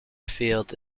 afield